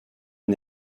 les